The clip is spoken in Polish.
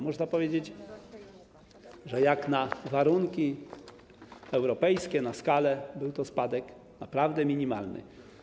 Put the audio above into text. Można powiedzieć, że jak na warunki europejskie był to spadek naprawdę minimalny.